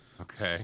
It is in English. Okay